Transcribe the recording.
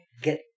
get